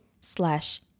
slash